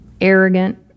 arrogant